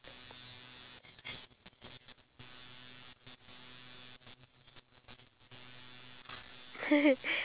life expectancy is up to if I'm not wrong eighty three point four